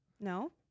No